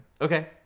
okay